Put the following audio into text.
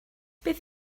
beth